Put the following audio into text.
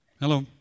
Hello